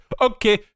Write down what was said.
Okay